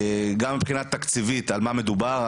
גם מבחינה תקציבית, על מה מדובר?